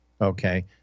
Okay